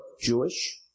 Jewish